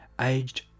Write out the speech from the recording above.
aged